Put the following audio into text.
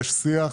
יש שיח,